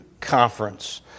Conference